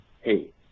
Hey